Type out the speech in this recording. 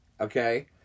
okay